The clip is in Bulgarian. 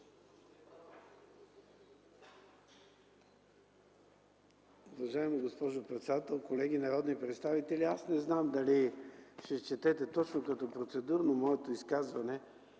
Уважаема госпожо председател, колеги народни представители! Аз не знам дали ще счетете точно като процедурно моето изказване,